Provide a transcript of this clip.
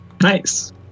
nice